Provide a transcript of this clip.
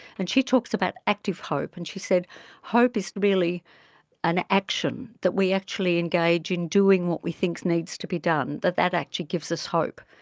and she talks about active hope, and she says hope is really an action, that we actually engage in doing what we think needs to be done, that that actually gives us hope,